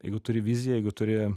jeigu turi viziją jeigu turi